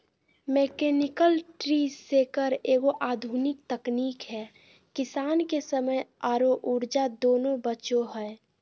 mechanical tree shaker एगो आधुनिक तकनीक है किसान के समय आरो ऊर्जा दोनों बचो हय